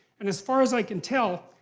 and as far as i can tell,